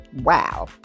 Wow